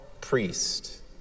priest